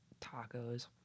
tacos